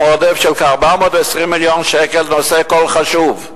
עודף של כ-420 מיליון שקל בנושא כל כך חשוב?